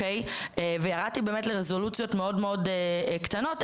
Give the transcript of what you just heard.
וירדתי לרזולוציות מאוד קטנות,